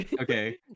Okay